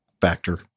factor